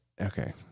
okay